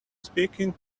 speaking